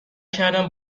کردم